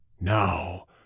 now